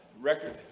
record